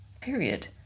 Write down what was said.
Period